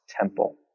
temple